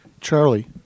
Charlie